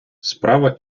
справа